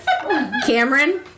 Cameron